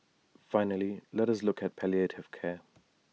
finally let us look at palliative care